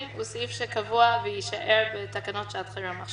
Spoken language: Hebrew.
והוא סעיף שקבוע ויישאר בתקנות שעת חירום.